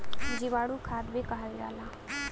जीवाणु खाद भी कहल जाला